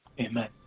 Amen